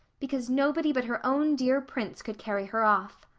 because nobody but her own dear prince could carry her off.